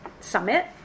summit